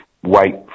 white